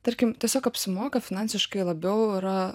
tarkim tiesiog apsimoka finansiškai labiau yra